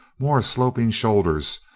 more sloping shoulders,